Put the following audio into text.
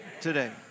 today